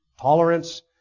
tolerance